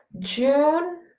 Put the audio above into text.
June